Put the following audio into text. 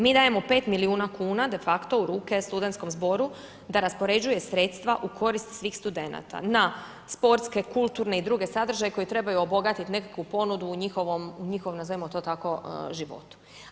Mi dajemo 5 milijuna kuna de facto u ruke studentskom zboru da raspoređuje sredstva u korist svih studenata na sportske, kulturne i druge sadržaje koje trebaju obogatiti nekakvu ponudu u njihovom, u njihovom nazovimo to tako životu.